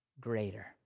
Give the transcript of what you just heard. Greater